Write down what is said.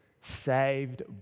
saved